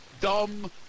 dumb